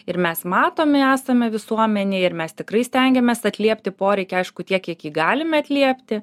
ir mes matomi esame visuomenėj ir mes tikrai stengiamės atliepti poreikį aišku tiek kiek jį galime atliepti